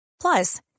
Plus